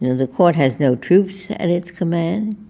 the court has no troops at its command.